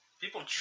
People